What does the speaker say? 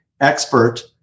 expert